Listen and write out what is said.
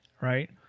right